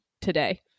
today